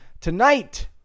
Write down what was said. tonight